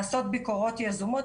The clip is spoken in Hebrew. לעשות ביקורות יזומות,